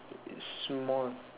is small